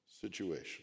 situation